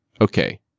Okay